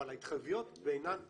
אבל ההתחייבויות בעינן קיימות.